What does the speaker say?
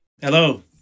Hello